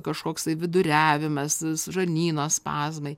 kažkoksai viduriavimas žarnyno spazmai